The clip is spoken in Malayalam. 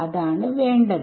അതാണ് വേണ്ടത്